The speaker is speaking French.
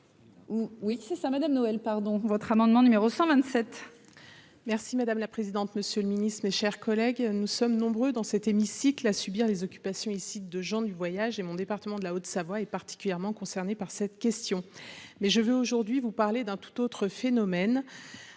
Oui, c'est ça Madame Noël pardon votre amendement numéro 127. Merci madame la présidente, monsieur le Ministre, mes chers collègues, nous sommes nombreux dans cet hémicycle à subir les occupations illicites de gens du voyage et mon département, de la Haute-Savoie est particulièrement concerné par cette question, mais je vais aujourd'hui vous parlez d'un tout autre phénomène